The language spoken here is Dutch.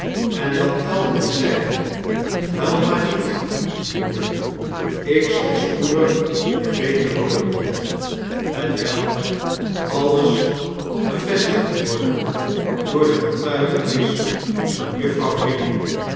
en dan telkens zeide huil maar niet moeder ik zal spoedig weer beter worden hetwelk alles kon bevestigd worden door de getuigenis van jufvrouw